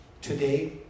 today